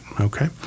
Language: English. okay